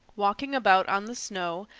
walking about on the snow,